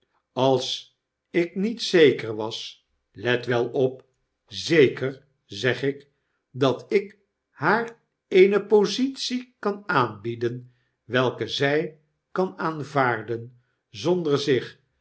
als ik niet zeker was let wel op zeker zeg ik dat ik haar eene positie kan aanbieden welke zij kan aanvaarden zonder zich